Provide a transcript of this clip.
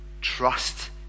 Trust